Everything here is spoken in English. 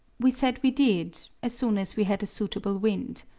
we said we did, as soon as we had a suitable wind.